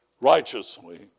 righteously